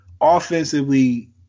offensively